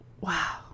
Wow